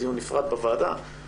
דיון נפרד בוועדה,